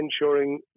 ensuring